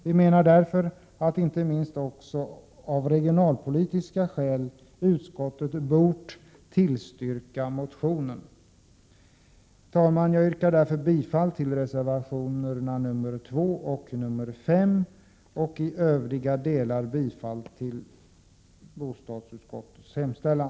Vi menar därför att utskottet, inte minst också av regionalpolitiska skäl, bort tillstyrka motionen. Herr talman! Jag yrkar bifall till reservationerna 2 och 5 och i övriga delar bifall till bostadsutskottets hemställan.